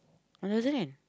one thousand kan